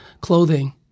clothing